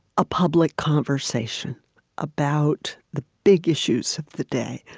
a public conversation about the big issues of the day.